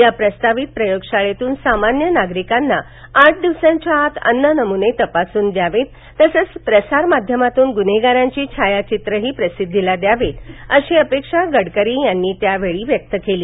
या प्रस्तावित प्रयोगशाळेतून सामान्य नागरिकांना आठ दिवसांच्या आत अन्न नमुने तपासून द्यावेत तसच प्रसारमाध्यमातून गुन्हेगारांची छायाचित्रही प्रसिद्धीला द्यावीत अशी अपेक्षा गडकरी यांनी यावेळी व्यक्त केली